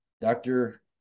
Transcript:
Doctor